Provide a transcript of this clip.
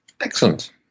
Excellent